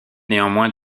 néanmoins